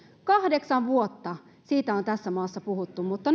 kahdeksan vuotta siitä on tässä maassa puhuttu mutta